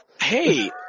Hey